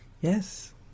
Yes